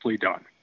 done